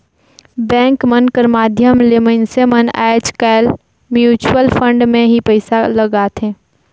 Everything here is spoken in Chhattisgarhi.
बेंक मन कर माध्यम ले मइनसे मन आएज काएल म्युचुवल फंड में ही पइसा लगाथें